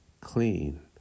clean